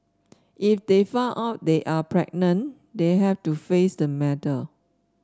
if they find out they are pregnant they have to face the matter